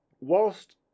whilst